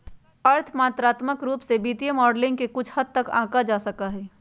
अर्थ मात्रात्मक रूप से वित्तीय मॉडलिंग के कुछ हद तक आंका जा सका हई